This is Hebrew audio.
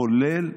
כולל,